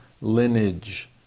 lineage